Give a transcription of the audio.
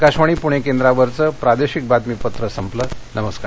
आकाशवाणी पुणे केंद्रावरचं प्रादेशिक बातमीपत्र संपलं नमस्कार